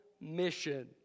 mission